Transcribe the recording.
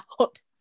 out